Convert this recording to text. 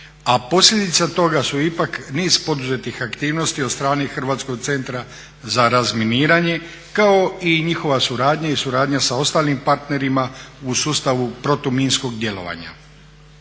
a posljedica toga su ipak niz poduzetih aktivnosti od strane Hrvatskog centra za razminiranje kao i njihova suradnja i suradnja sa ostalim partnerima u sustavu protuminskog djelovanja.